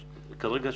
כרגע,